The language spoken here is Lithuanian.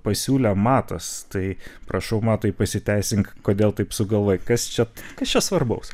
pasiūlė matas tai prašau matai pasiteisink kodėl taip sugalvojai kas čia kas čia svarbaus